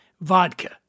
Vodka